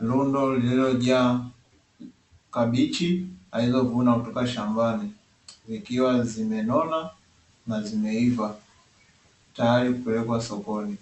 lundo lililojaa kabichi alizovuna kutoka shambani, zikiwa zimenona na zimeiva tayari kupelekwa sokoni.